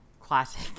classic